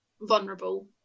vulnerable